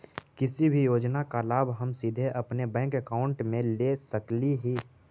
किसी भी योजना का लाभ हम सीधे अपने बैंक अकाउंट में ले सकली ही?